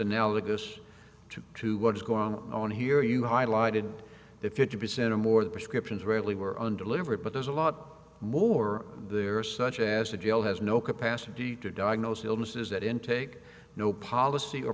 analogous to to what is gong on here you highlighted the fifty percent or more the prescriptions really were undelivered but there's a lot more there such as the jail has no capacity to diagnose illnesses that intake no policy or